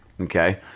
Okay